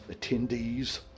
attendees